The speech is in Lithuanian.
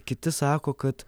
kiti sako kad